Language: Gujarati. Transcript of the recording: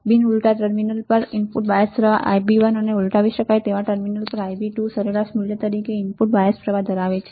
બિન ઉલટાં ટર્મિનલ પર ઇનપુટ બાયસ પ્રવાહ Ib1 અને ઉલટાવી શકાય એવા ટર્મિનલ પર Ib2 ના સરેરાશ મૂલ્ય તરીકે તે ઇનપુટ બાયસ પ્રવાહ ધરાવે છે